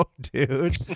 dude